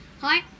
Hi